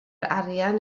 arian